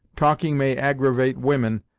talking may aggravate women,